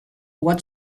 what